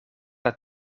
het